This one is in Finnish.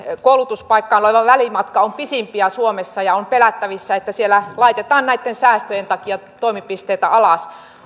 koulutuspaikkaan oleva välimatka on pisimpiä suomessa ja on pelättävissä että siellä laitetaan näitten säästöjen takia toimipisteitä alas